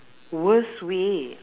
worst way